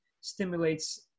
stimulates